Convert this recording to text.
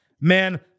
Man